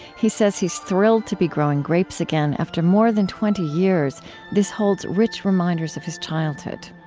he says he is thrilled to be growing grapes again, after more than twenty years this holds rich reminders of his childhood.